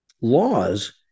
laws